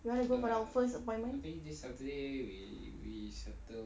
you want go for our first appointment